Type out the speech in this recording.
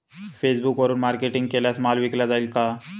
फेसबुकवरुन मार्केटिंग केल्यास माल विकला जाईल का?